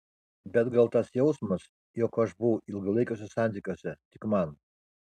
bet gal tas jausmas jog aš buvau ilgalaikiuose santykiuose tik man